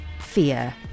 fear